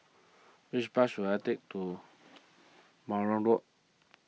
which bus should I take to Road